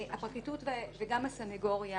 הפרקליטות וגם הסניגוריה